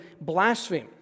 blaspheme